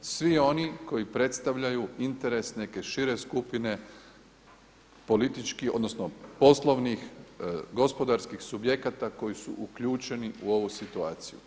Svi oni koji predstavljaju interes neke šire skupine politički odnosno poslovnih gospodarskih subjekata koji su uključeni u ovu situaciju.